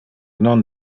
non